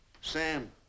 Sam